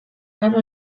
gero